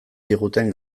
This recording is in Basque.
diguten